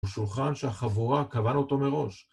הוא שולחן שהחבורה קבעה אותו מראש.